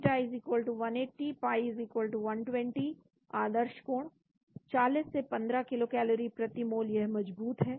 theta180 pi120 आदर्श कोण 40 से 15 किलो कैलोरी प्रति मोल यह मजबूत है